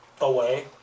away